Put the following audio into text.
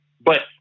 but-